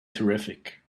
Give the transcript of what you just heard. terrific